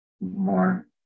more